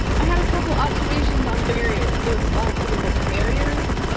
i had a couple observations on barrier, those slots barriers.